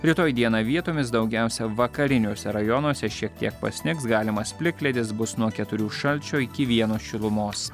rytoj dieną vietomis daugiausia vakariniuose rajonuose šiek tiek pasnigs galimas plikledis bus nuo keturių šalčio iki vieno šilumos